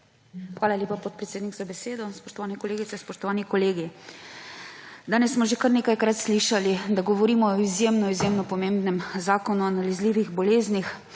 Hvala lepa, podpredsednik, za besedo. Spoštovane kolegice, spoštovani kolegi! Danes smo že kar nekajkrat slišali, da govorimo o izjemno izjemno pomembnem zakonu o nalezljivih boleznih.